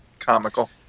Comical